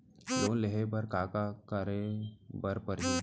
Loan लेहे बर का का का करे बर परहि?